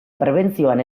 prebentzioan